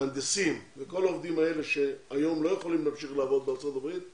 מהנדסים וכל העובדים האלה שהיום לא יכולים להמשיך לעבוד בארצות הברית,